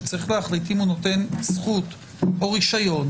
שצריך להחליט אם הוא נותן זכות או רישיון,